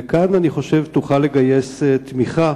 וכאן, אני חושב, תוכל לגייס תמיכה